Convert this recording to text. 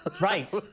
Right